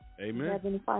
amen